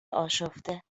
آشفته